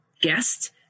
guest